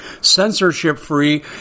censorship-free